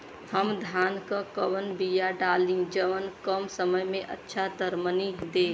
हम धान क कवन बिया डाली जवन कम समय में अच्छा दरमनी दे?